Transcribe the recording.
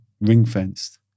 ring-fenced